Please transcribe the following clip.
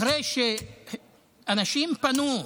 אחרי שאנשים פנו,